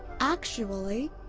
actually,